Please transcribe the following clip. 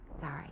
Sorry